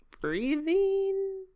breathing